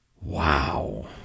Wow